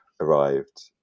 arrived